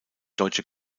deutsche